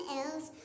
else